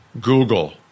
Google